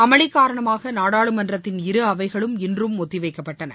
அமளி காரணமாக நாடாளுமன்றத்தின் இரு அவைகளும் இன்றும் ஒத்தி வைக்கப்பட்டன